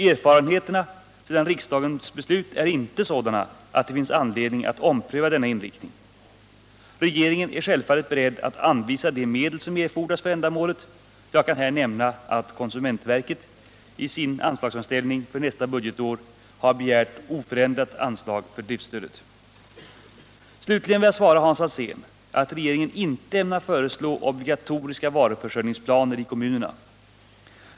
Erfarenheterna sedan riksdagsbeslutet är inte sådana att det finns anledning att ompröva denna inriktning. Jag kan här nämna att konsumentverket i sin anslagsframställning för nästa budgetår har föreslagit att berört anslag skall vara oförändrat under nästa budgetår. Slutligen vill jag svara Hans Alsén att regeringen inte ämnar föreslå obligatoriska varuförsörjningsplaner i kommunerna.